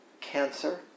cancer